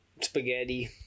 Spaghetti